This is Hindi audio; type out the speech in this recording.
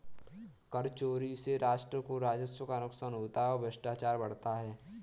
कर चोरी से राष्ट्र को राजस्व का नुकसान होता है और भ्रष्टाचार बढ़ता है